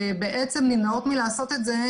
נמנעות מלעשות את זה,